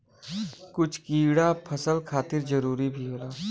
कुछ कीड़ा फसल खातिर जरूरी भी होला